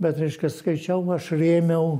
bet reiškia skaičiau aš rėmiau